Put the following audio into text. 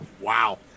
Wow